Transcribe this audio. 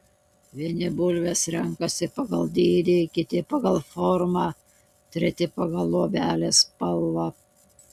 vieni bulves renkasi pagal dydį kiti pagal formą treti pagal luobelės spalvą